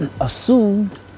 assumed